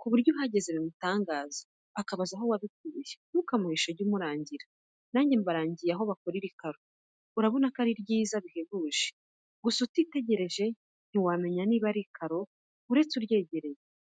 ku buryo uhageze bimutangaza, akabaza aho wabikuye. Ntukamuhishe jya umurangira. Nanjye mbarangiye aho bakora iri karo, urabona ko arir yiza bihebuje. Gusa utitegereje ntiwamenya niba ari ikaro uretse uryegereye.